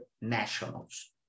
nationals